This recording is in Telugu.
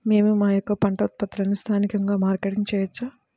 మేము మా యొక్క పంట ఉత్పత్తులని స్థానికంగా మార్కెటింగ్ చేయవచ్చా?